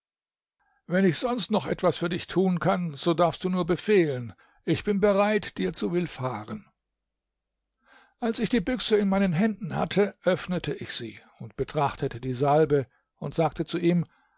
wenn ich sonst noch etwas für dich tun kann so darfst du nur befehlen ich bin bereit dir zu willfahren als ich die büchse in meinen händen hatte öffnete ich sie betrachtete die salbe und sagte zu ihm